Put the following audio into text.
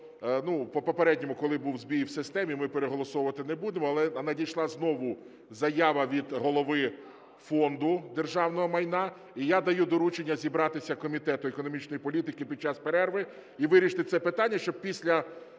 ну, по передньому, коли був збій в системі, ми переголосувати не будемо, але надійшла знову заява від Голови Фонду державного майна і я даю доручення зібратися Комітету економічної політики під час перерви і вирішити це питання, щоб після